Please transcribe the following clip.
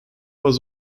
was